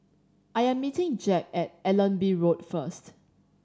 I am meeting Jep at Allenby Road first